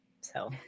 so-